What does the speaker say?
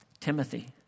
Timothy